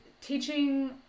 teaching